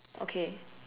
okay